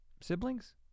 siblings